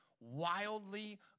wildly